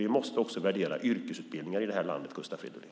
Vi måste också värdera yrkesutbildningar i det här landet, Gustav Fridolin.